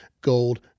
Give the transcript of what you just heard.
gold